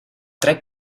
tre